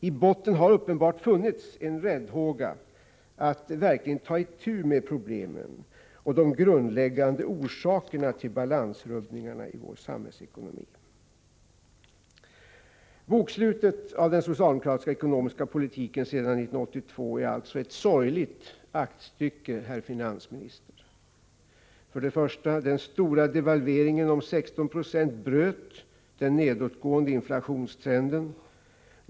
I botten har uppenbart funnits en räddhåga att verkligen ta itu med problemen och de grundläggande orsakerna till balansrubbningarna i vår samhällsekonomi. Bokslutet av den socialdemokratiska ekonomiska politiken sedan 1982 är alltså ett sorgligt aktstycke, herr finansminister. 1. Den stora devalveringen om 16 70 bröt den nedåtgående inflationstrenden.